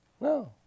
No